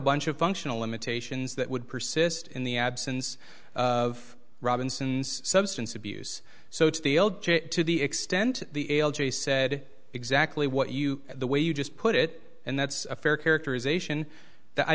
bunch of functional limitations that would persist in the absence of robinson's substance abuse so it's to the extent the l g said exactly what you the way you just put it and that's a fair characterization